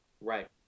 right